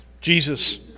Jesus